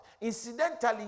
Incidentally